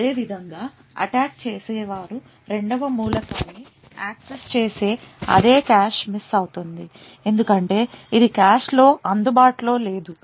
అదేవిధంగా అటాక్ చేసే వారు రెండవ మూలకాన్ని యాక్సెస్ చేస్తే అది కాష్ మిస్ అవుతుంది ఎందుకంటే ఇది కాష్లో అందుబాటులో లేదు